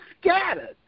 scattered